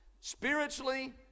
spiritually